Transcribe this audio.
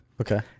Okay